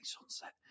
sunset